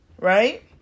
right